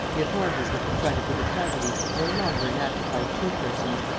the authorities were confronted with a tragedy no longer enacted by two persons,